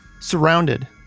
surrounded